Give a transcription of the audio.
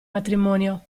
matrimonio